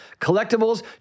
collectibles